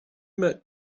met